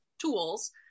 tools